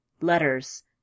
Letters